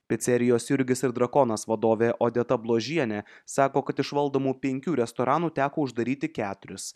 picerijos jurgis ir drakonas vadovė odeta bložienė sako kad iš valdomų penkių restoranų teko uždaryti keturis